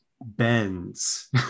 bends